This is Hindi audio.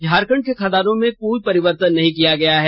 झारखंड के खदानों में कोई परिवर्तन नहीं किया गया है